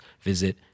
visit